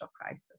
crisis